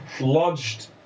lodged